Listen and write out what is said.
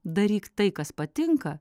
daryk tai kas patinka